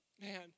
man